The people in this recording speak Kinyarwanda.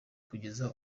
kugeza